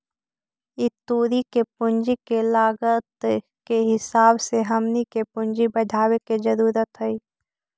ई तुरी के पूंजी के लागत के हिसाब से हमनी के पूंजी बढ़ाबे के जरूरत हई